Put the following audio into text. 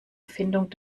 erfindung